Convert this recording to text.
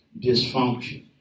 dysfunction